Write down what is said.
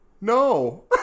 no